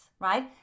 right